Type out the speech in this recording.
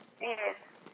Yes